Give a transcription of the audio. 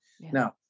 Now